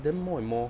then more and more